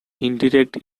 indirect